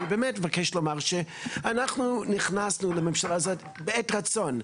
אני באמת מבקש לומר שאנחנו נכנסנו לממשלה הזאת בעת רצון.